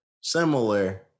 similar